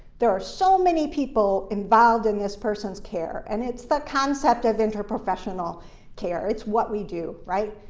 there are so many people involved in this person's care, and it's the concept of interprofessional care. it's what we do, right?